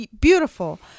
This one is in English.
beautiful